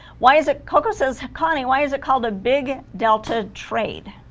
why is it coco says connie why is it called a big delta trade